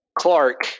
Clark